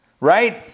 right